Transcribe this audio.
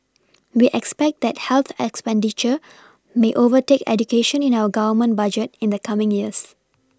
we expect that health expenditure may overtake education in our Government budget in the coming years